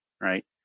right